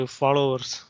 followers